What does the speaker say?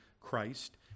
Christ